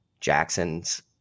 jackson's